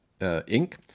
ink